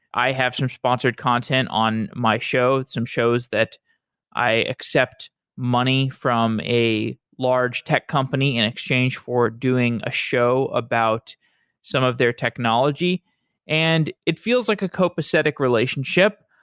i have some sponsored content on my show, some shows that i accept money from a large tech company in exchange for doing a show about some of their technology and it feels like a copacetic relationship,